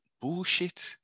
bullshit